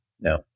no